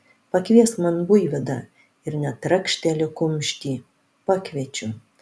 pakviesk man buivydą ir net trakšteli kumštį pakviečiu